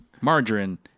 Margarine